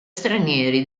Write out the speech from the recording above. stranieri